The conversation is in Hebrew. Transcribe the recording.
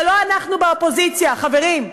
זה לא אנחנו באופוזיציה, חברים,